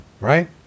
Right